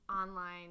online